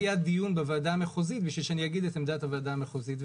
לא היה דיון בוועדה המחוזית כדי שאני אגיד את העמדה של הוועדה המחוזית,